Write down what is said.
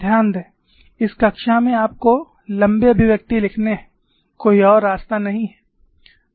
ध्यान दें इस कक्षा में आपको लंबे अभिव्यक्ति लिखने हैं कोई और रास्ता नहीं है